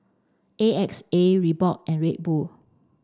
A X A Reebok and Red Bull